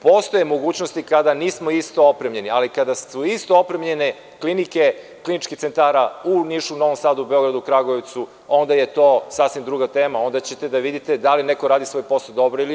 Postoje mogućnosti kada nismo isto opremljeni, ali kada su isto opremljene klinike kliničkih centara u Nišu, Novom Sadu, Beogradu, Kragujevcu, onda je to sasvim druga tema, onda ćete da vidite da li neko radi svoj posao dobro ili ne.